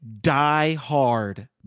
die-hard